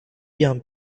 young